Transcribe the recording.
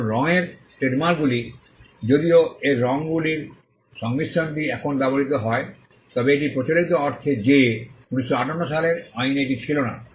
এখন রঙের ট্রেডমার্কগুলি যদিও এর রঙগুলির সংমিশ্রণটি এখন ব্যবহৃত হয় তবে এটি প্রচলিত অর্থে যে 1958 সালের আইনে এটি ছিল না